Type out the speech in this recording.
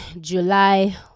July